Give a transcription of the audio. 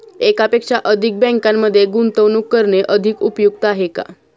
एकापेक्षा अधिक बँकांमध्ये गुंतवणूक करणे अधिक उपयुक्त आहे का?